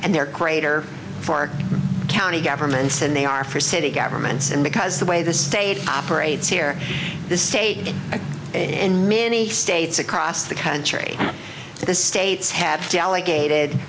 and they're greater for county governments and they are for city governments and because the way the state operates here this stage in many states across the country the states have delegated